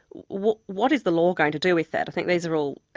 what what is the law going to do with that? i think these are all,